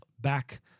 back